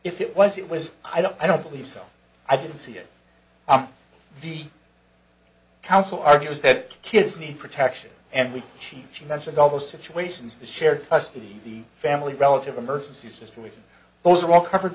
if it was it was i don't i don't believe so i didn't see it on the counsel argues that kids need protection and we she she mentioned almost situations the shared custody of the family relative emergency situation those are all covered